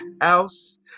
house